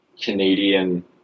Canadian